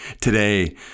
today